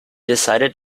decided